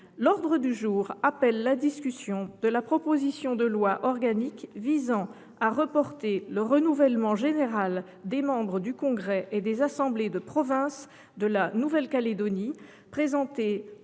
L’ordre du jour appelle la discussion de la proposition de loi organique visant à reporter le renouvellement général des membres du congrès et des assemblées de province de la Nouvelle Calédonie, présentée